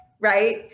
right